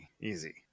easy